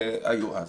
שהיו אז.